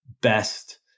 best